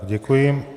Děkuji.